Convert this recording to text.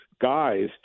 guys